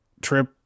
Trip